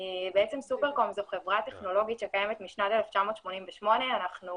בעצם סופרקום זו חברה טכנולוגית משנת 1988. אנחנו